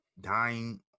dying